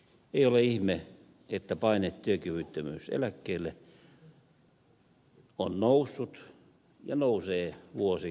ei ole ihme että paine työkyvyttömyyseläkkeelle on noussut ja nousee vuosi vuodelta